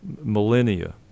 millennia